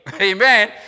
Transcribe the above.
Amen